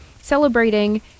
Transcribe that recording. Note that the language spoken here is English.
celebrating